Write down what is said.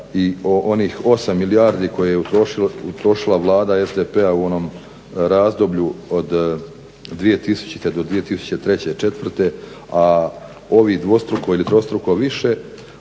onih 8 milijarde koje je utrošila Vlada SDP-a u onom razdoblju od 2000. do 2003., 2004., a ovi dvostruko ili trostruko više,